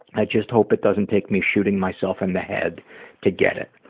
i just hope it doesn't take me shooting myself in the head to get it.